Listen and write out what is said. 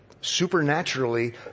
supernaturally